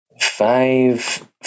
Five